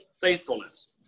faithfulness